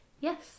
Yes